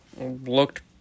looked